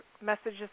messages